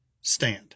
stand